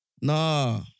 Nah